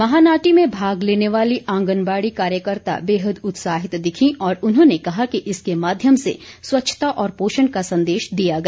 महानाटी में भाग लेने वाली आंगनबाड़ी कार्यकर्ता बेहद उत्साहित दिखीं और उन्होंने कहा कि इसके माध्यम से स्वच्छता और पोषण का संदेश दिया गया